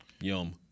Yum